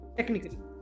Technically